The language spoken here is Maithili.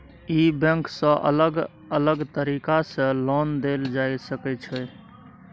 ई बैंक सँ अलग अलग तरीका सँ लोन देल जाए सकै छै